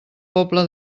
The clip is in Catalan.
pobla